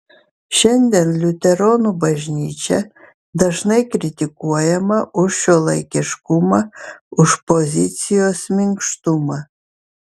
šiandien liuteronų bažnyčia dažnai kritikuojama už šiuolaikiškumą už pozicijos minkštumą